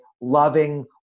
loving